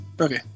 Okay